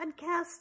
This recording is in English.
podcast